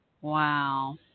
Wow